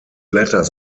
letters